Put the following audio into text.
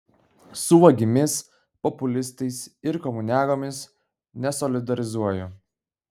su vagimis populistais ir komuniagomis nesolidarizuoju